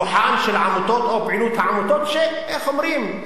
כוח העמותות או פעילות העמותות, שאיך אומרים,